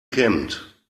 kämmt